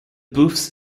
booths